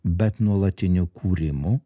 bet nuolatiniu kūrimu